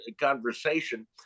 conversation